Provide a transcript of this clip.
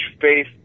faith